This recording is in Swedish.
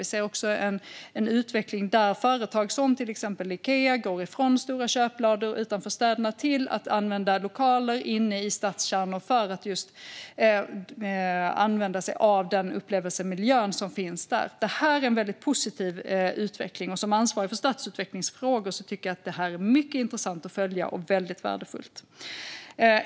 Vi ser också en utveckling där företag, till exempel Ikea, går ifrån stora köplador utanför städerna till att använda lokaler inne i stadskärnor för att just använda sig av den upplevelsemiljö som finns där. Det här är en väldigt positiv utveckling. Som ansvarig för stadsutvecklingsfrågor tycker jag att detta är mycket intressant att följa och väldigt värdefullt.